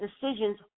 decisions